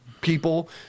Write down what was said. people